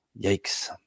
yikes